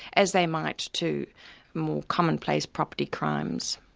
as they might to more commonplace property crimes.